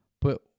put